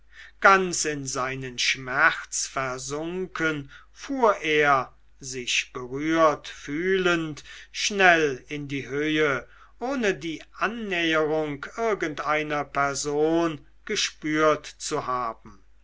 ganz in seinen schmerz versunken fuhr er sich berührt fühlend schnell in die höhe ohne die annäherung irgendeiner person gespürt zu haben